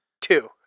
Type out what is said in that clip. Two